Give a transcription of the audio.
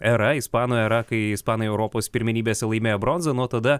era ispanų era kai ispanai europos pirmenybėse laimėjo bronzą nuo tada